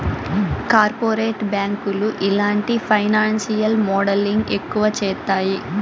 corporate బ్యాంకులు ఇలాంటి financial modelling ఎక్కువ చేత్తాయి